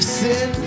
sin